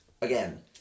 again